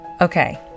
Okay